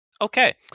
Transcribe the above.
Okay